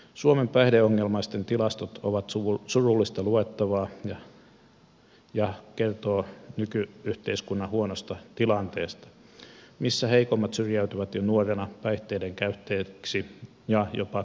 suomen päihdeongelmaisten tilastot ovat surullista luettavaa ja kertovat nyky yhteiskunnan huonosta tilanteesta missä heikommat syrjäytyvät jo nuorena päihteiden käyttäjiksi ja jopa kodittomiksi